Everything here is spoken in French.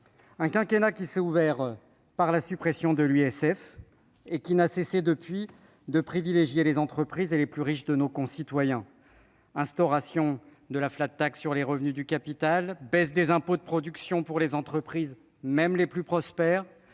La législature s'est ouverte sur la suppression de l'ISF et l'exécutif n'a cessé, depuis, de privilégier les entreprises et les plus riches de nos concitoyens : instauration de la sur les revenus du capital ; baisse des impôts de production pour les entreprises, même les plus prospères